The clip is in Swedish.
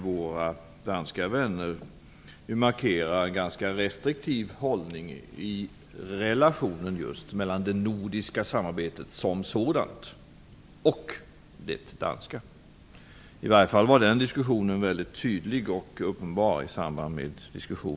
Våra danska vänner markerar exempelvis en ganska restriktiv hållning i relationen mellan det nordiska samarbetet som sådant och det danska. I samband med diskussionen om nordiska klausuler framgick detta mycket tydligt och uppenbart.